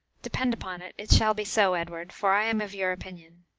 depend upon it, it shall be so, edward, for i am of your opinion.